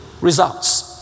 results